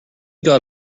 got